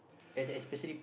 es~ especially